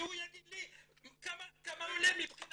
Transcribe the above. שהוא יגיד לי כמה עולה מבחינה